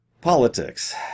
Politics